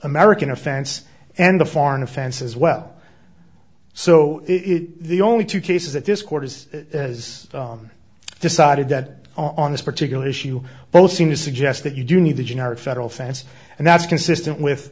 american offense and the foreign offense as well so it is the only two cases that this court has decided that on this particular issue both seem to suggest that you do need the generic federal fans and that's consistent with